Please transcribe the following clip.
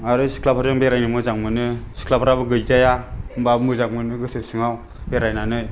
आरो सिख्लाफोरजों बेरायनो मोजां मोनो सिख्लाफ्राबो गैजाया होनब्लाबो मोजां मोनो गोसो सिङाव बेरायनानै